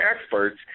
experts